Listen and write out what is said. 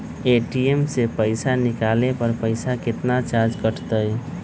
ATM से पईसा निकाले पर पईसा केतना चार्ज कटतई?